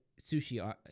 sushi